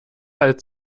als